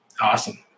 Awesome